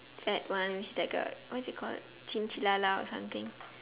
fat ones that got what is it called or something